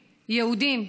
יהודים, יהודים.